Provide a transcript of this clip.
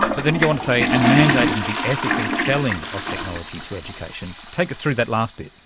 but then you go on to say and mandating the ethical selling of technology to education. take us through that last bit.